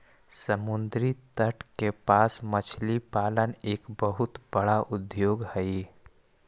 समुद्री तट के पास मछली पालन एक बहुत बड़ा उद्योग हइ